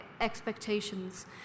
expectations